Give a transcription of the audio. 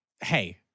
Hey